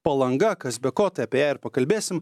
palanga kas be ko tai apie ją ir pakalbėsim